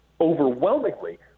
overwhelmingly